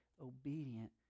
obedient